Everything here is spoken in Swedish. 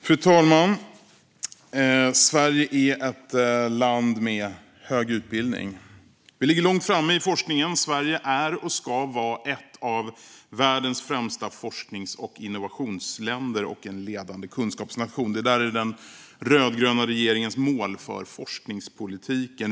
Fru talman! Sverige är ett land med hög utbildningsnivå. Vi ligger långt framme i forskningen. Sverige är, och ska vara, ett av världens främsta forsknings och innovationsländer och en ledande kunskapsnation. Det är den rödgröna regeringens mål för forskningspolitiken.